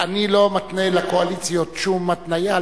אני לא מתנה לקואליציות שום התניה,